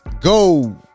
go